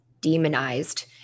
demonized